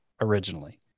originally